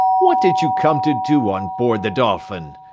what did you come to do on board the dolphin!